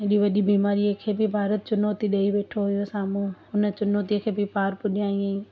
हेॾी वॾी बीमारीअ खे बि भारत चुनौती ॾेई वेठो हुयो साम्हूं हुन चुनौतीअ खे बि पार पुॼाईंअ